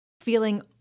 feeling